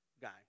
guy